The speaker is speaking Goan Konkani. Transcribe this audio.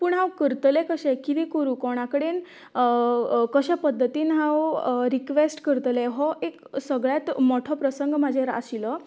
पूण हांव करतले कशें कितें करूं कोणा कडेन कशें पद्दतीन हांव रिक्वेस्ट करतलें हो एक सगळ्यांत मोठो प्रसंग म्हजेर आशिल्लो